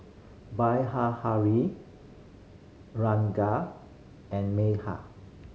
Ranga and Medha